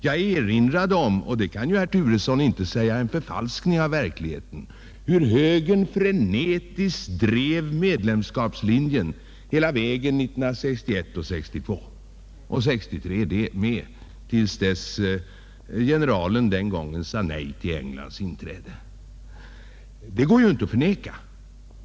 Jag erinrade om -:- och det kan inte herr Turesson säga är en förfalskning av verkligheten — hur högern frenetiskt drev medlemskapslinjen hela 1961-1962 och även 1963 tills generalen den gången sade nej till Englands inträde. Det går inte att förneka detta.